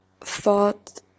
thought